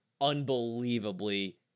unbelievably